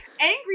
Angry